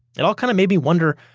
it all kind of made me wonder,